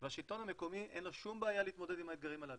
והשלטון המקומי אין לו שום בעיה להתמודד עם האתגרים הללו,